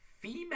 female